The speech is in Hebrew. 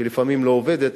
שלפעמים לא עובדת,